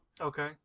Okay